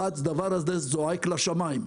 הדבר הזה זועק לשמיים.